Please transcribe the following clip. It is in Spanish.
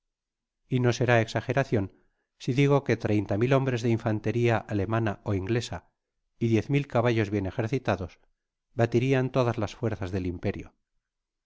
y no será exageracion si digo que treinta mil hombres de infanteria alemana ó inglesa y diez mil caballos bien ejercitados batirian todas las fuerzas del imperio